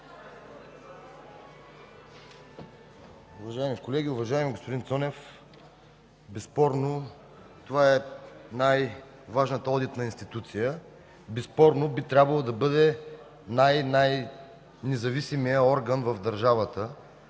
Уважаеми колеги, уважаеми господин Цонев, безспорно това е най-важната одитна институция, безспорно би трябвало да бъде най-независимият орган в държавата,